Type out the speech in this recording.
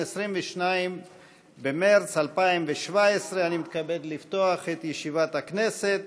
22 במרס 2017. אני מתכבד לפתוח את ישיבת הכנסת.